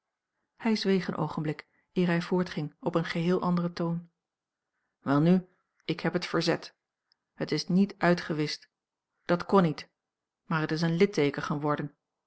hij zweeg een oogenblik eer hij voortging op een geheel anderen toon welnu ik heb het verzet het is niet uitgewischt dat kon niet maar het is een litteeken geworden